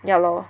ya lor